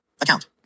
Account